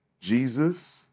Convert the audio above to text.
Jesus